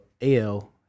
AL